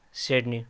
Sydney